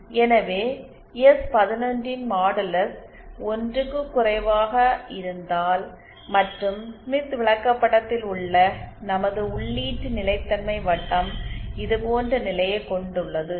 எனவே எஸ்11 ன் மாடுலஸ் 1 க்கும் குறைவாக இருந்தால் மற்றும் ஸ்மித் விளக்கப்படத்தில் உள்ள நமது உள்ளீட்டு நிலைத்தன்மை வட்டம் இது போன்ற நிலையைக் கொண்டுள்ளது